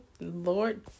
lord